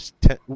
ten